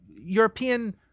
European